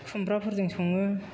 खुमब्राफोरजों सङो